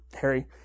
Harry